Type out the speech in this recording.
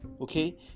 okay